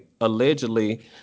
allegedly